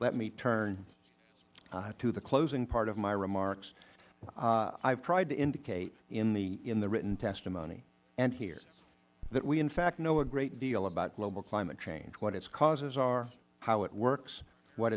let me turn to the closing part of my remarks i have tried to indicate in the written testimony and here that we in fact know a great deal about global climate change what its causes are how it works what